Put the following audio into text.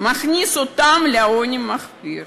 מכניסה אותם לעוני מחפיר.